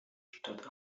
statt